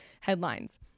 headlines